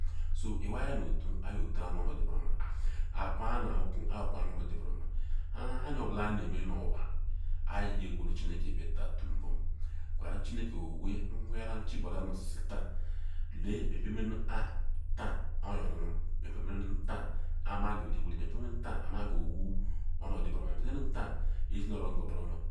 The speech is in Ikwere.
So iwai anotun aya otun nu onodi buruoma, eku anoku iyaokua nu onodi buruoma nha nu aneme ho anwa aya qweru chineke bita tun nbom kanu chineke owee nu whu chubula nu oshishi le menemenu ha taa oyo onunu me pemenu taan ama yerwuri taa kpa ama ka owu onodi buru oma mepemenu taan ɛze nu oro nga oburuoma